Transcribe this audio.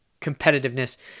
competitiveness